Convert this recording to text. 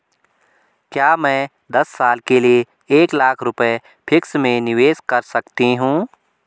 क्या मैं दस साल के लिए एक लाख रुपये फिक्स में निवेश कर सकती हूँ?